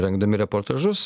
rengdami reportažus